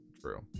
true